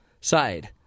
side